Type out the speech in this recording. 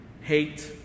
Hate